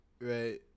right